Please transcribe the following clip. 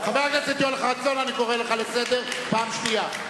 אני קורא לך לסדר פעם שנייה.